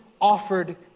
offered